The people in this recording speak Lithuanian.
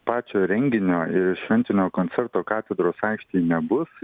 pačio renginio šventinio koncerto katedros aikštėj nebus